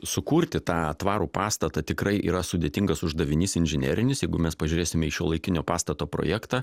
sukurti tą tvarų pastatą tikrai yra sudėtingas uždavinys inžinerinis jeigu mes pažiūrėsime į šiuolaikinio pastato projektą